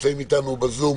נמצא איתנו בזום